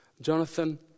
Jonathan